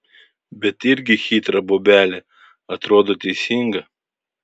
bet irgi chitra bobelė atrodo teisinga